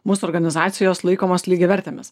mūsų organizacijos laikomos lygiavertėmis